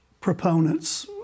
proponents